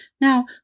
Now